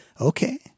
Okay